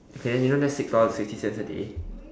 okay then do you know that's six dollars sixty cents a day